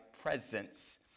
presence